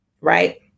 Right